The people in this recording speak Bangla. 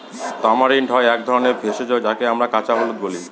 তামারিন্ড হয় এক ধরনের ভেষজ যাকে আমরা কাঁচা হলুদ বলি